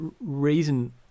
reason